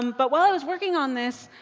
um but while i was working on this,